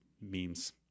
memes